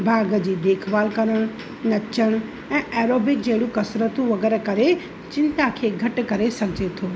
बाग़ जी देखबाल करणु नचणु ऐं एरोबिक जहिड़ियूं कसरतूं वग़ैरह चिंता खे घटि करे सघिजे थो